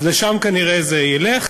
אז לשם כנראה זה ילך,